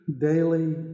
daily